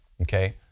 okay